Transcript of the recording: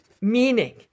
meaning